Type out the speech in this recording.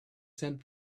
sent